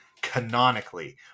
canonically